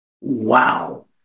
wow